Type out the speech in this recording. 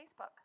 Facebook